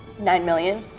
nine million.